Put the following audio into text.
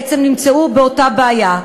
בעצם נמצאו באותה בעיה.